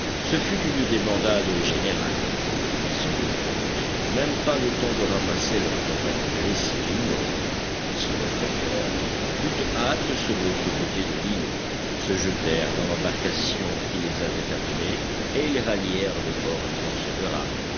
ce fut une débandade générale les dix autres ne prirent même pas le temps de ramasser leurs compagnons blessés ou morts ils se reportèrent en toute hâte sur l'autre côté de l'îlot se jetèrent dans l'embarcation qui les avait amenés et ils rallièrent le bord à force de rames